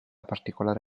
particolare